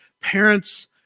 parents